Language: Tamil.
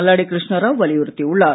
மல்லாடி கிருஷ்ணராவ் வலியுறுத்தியுள்ளார்